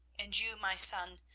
and you, my son,